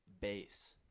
bass